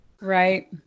right